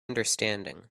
understanding